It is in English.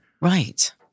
Right